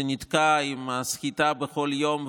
שנתקע עם הסחיטה בכל יום,